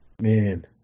Man